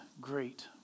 great